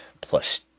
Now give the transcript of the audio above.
plus